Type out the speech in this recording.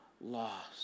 lost